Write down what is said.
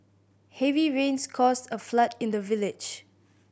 heavy rains caused a flood in the village